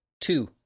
Two